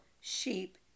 sheep